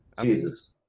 jesus